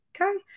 Okay